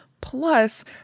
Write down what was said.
Plus